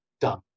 done